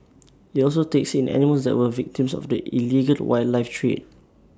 IT also takes in animals that were victims of the illegal wildlife trade